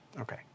Okay